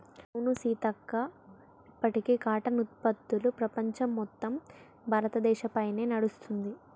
అవును సీతక్క ఇప్పటికీ కాటన్ ఉత్పత్తులు ప్రపంచం మొత్తం భారతదేశ పైనే నడుస్తుంది